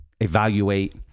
evaluate